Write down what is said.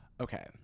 Okay